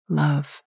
love